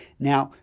now,